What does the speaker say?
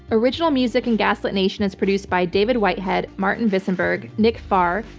original music and gaslit nation is produced by david whitehead, martin visenberg, nick farr,